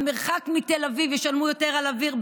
המרחק מתל אביב, ישלמו יותר על אוויר.